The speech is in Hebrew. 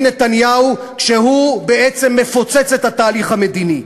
נתניהו כשהוא בעצם מפוצץ את התהליך המדיני.